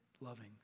loving